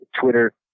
Twitter